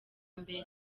mbere